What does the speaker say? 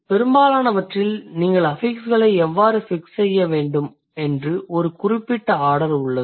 பெரும்பாலானவற்றில் நீங்கள் அஃபிக்ஸ்களை எவ்வாறு ஃபிக்ஸ் செய்யவேண்டும் என்று ஒரு குறிப்பிட்ட ஆர்டர் உள்ளது